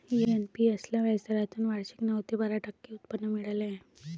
NPS ला व्याजदरातून वार्षिक नऊ ते बारा टक्के उत्पन्न मिळाले आहे